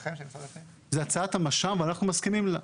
זו הצעת המש"מ ואנחנו מסכימים לה.